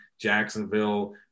Jacksonville